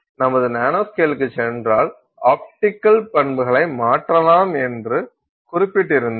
நாம் நானோஸ்கேலுக்குச் சென்றால் ஆப்டிக்கல் பண்புகளை மாற்றலாம் என்று குறிப்பிட்டிருந்தோம்